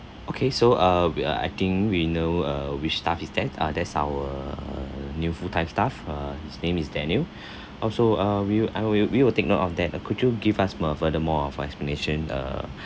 okay so uh we ah I think we know uh which staff is that ah that's our uh new full time staff uh his name is daniel oh so uh we will I will we will take note of that uh could you give us more furthermore of explanation uh